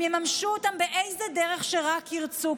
הם יממשו אותם באיזו דרך שרק ירצו,